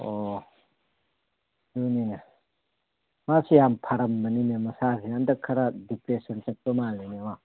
ꯑꯣ ꯑꯗꯨꯅꯤꯅꯦ ꯃꯥꯁꯤ ꯌꯥꯝ ꯐꯔꯃꯕꯅꯤꯅꯦ ꯃꯁꯥꯁꯤ ꯍꯟꯗꯛ ꯈꯔ ꯗꯤꯄ꯭ꯔꯦꯁꯟ ꯆꯠꯄ ꯃꯥꯜꯂꯤꯅꯦ ꯃꯥ